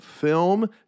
film